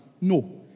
No